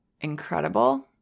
incredible